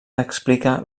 explica